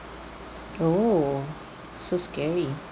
oh so scary